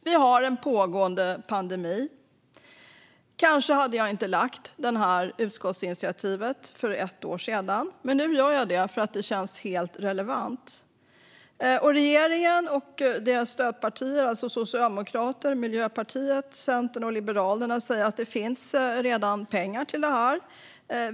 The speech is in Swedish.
Vi har en pågående pandemi. Kanske hade jag inte lagt det här utskottsinitiativet för ett år sedan, men nu gör jag det därför att det känns helt relevant. Regeringen och dess stödpartier, alltså Socialdemokraterna, Miljöpartiet, Centern och Liberalerna, säger att det redan finns pengar till det här.